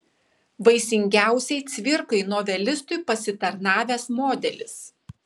vaisingiausiai cvirkai novelistui pasitarnavęs modelis